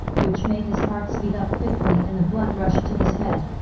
which made his heart speed up fitfully and the blood rushed to his head.